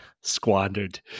squandered